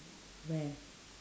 where